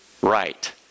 right